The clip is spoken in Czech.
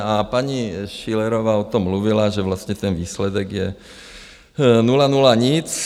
A paní Schillerová o tom mluvila, že vlastně ten výsledek nula nula nic.